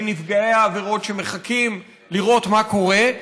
בנפגעי העבירות שמחכים לראות מה קורה,